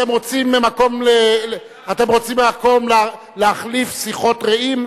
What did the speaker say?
אתם רוצים מקום להחליף שיחות רעים?